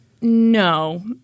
No